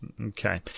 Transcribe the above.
Okay